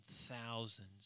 thousands